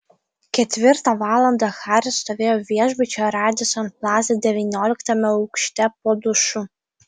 ketvirtą valandą haris stovėjo viešbučio radisson plaza devynioliktame aukšte po dušu